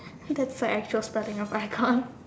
that's the actual spelling of icon